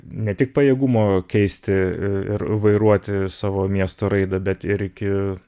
ne tik pajėgumo keisti ir vairuoti savo miesto raidą bet ir iki